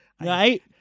Right